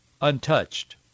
untouched